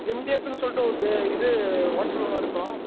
எம்டிஹெச்ன்னு சொல்லிட்டு ஒரு இது ஹோட்டல் ஒன்று இருக்கும்